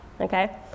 okay